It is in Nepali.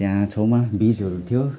त्यहाँनिर छेउमा ब्रिजहरू थियो